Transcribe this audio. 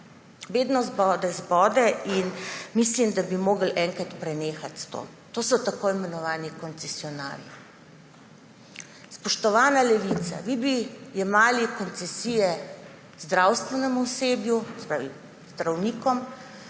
vedno znova zbode in mislim, da bi morali enkrat prenehati s tem. To so tako imenovani koncesionarji. Spoštovana Levica, vi bi jemali koncesije zdravstvenemu osebju, se pravi